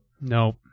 Nope